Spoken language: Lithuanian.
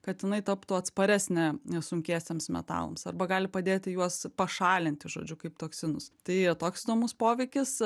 kad jinai taptų atsparesnė sunkiesiems metalams arba gali padėti juos pašalinti žodžiu kaip toksinus tai toks įdomus poveikis